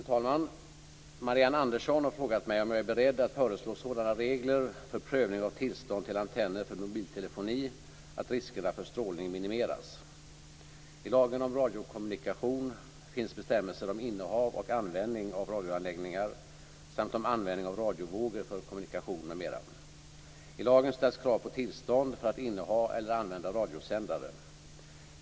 Fru talman! Marianne Andersson har frågat mig om jag är beredd att föreslå sådana regler för prövning av tillstånd till antenner för mobiltelefoni att riskerna för strålning minimeras. I lagen om radiokommunikation finns bestämmelser om innehav och användning av radioanläggningar samt om användning av radiovågor för kommunikation m.m. I lagen ställs krav på tillstånd för att inneha eller använda radiosändare.